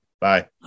bye